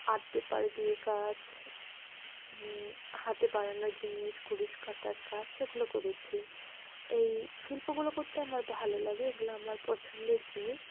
art paper দিয়ে কাজ হাতে বানানো জিনিস কুরুশ কাঁটার কাজ এগুলো করেছি এই শিল্পগুলো করতে আমার ভালো লাগে এগুলো আমার পছন্দের জিনিস